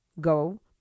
go